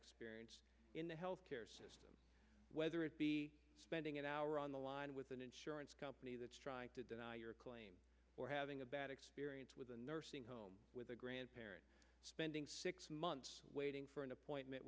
experience in the health care system whether it be spending an hour on the line with an insurance company that's trying to deny your claim or having a bad experience with a nursing home with a grandparent spending six months waiting for an appointment